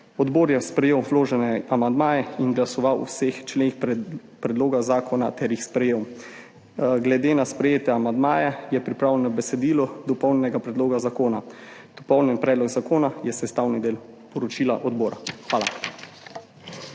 Odbor je sprejel vložene amandmaje in glasoval o vseh členih predloga zakona ter jih sprejel. Glede na sprejete amandmaje je pripravljeno besedilo dopolnjenega predloga zakona. Dopolnjen predlog zakona je sestavni del poročila odbora. Hvala.